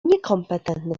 niekompetentny